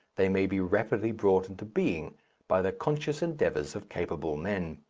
they may be rapidly brought into being by the conscious endeavours of capable men.